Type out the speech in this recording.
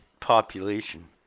population